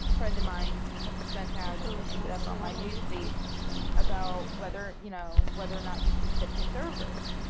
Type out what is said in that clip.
friend of mine sent out and it ended up on my newsfeed about whether you know whether or not you should tip your servers